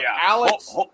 Alex